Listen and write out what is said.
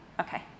Okay